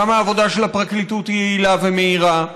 גם העבודה של הפרקליטות היא יעילה ומהירה.